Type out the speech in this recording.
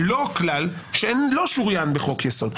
לא כלל שלא שוריין בחוק יסוד.